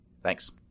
Thanks